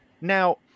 Now